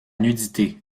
nudité